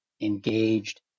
engaged